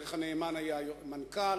עבדך הנאמן היה מנכ"ל,